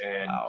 and-